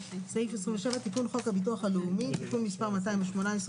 תיקון חוק הביטוח הלאומי (תיקון מס' 218,